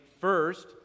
first